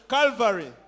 Calvary